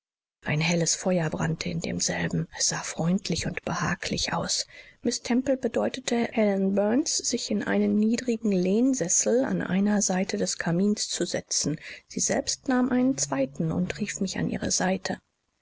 ein helles feuer brannte in demselben es sah freundlich und behaglich aus miß temple bedeutete helen burns sich in einen niedrigen lehnsessel an einer seite des kamins zu setzen sie selbst nahm einen zweiten und rief mich an ihre seite